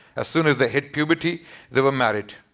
as soon as they hit puberty they were married.